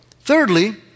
Thirdly